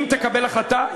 אם תקבל החלטה,